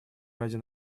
ради